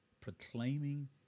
proclaiming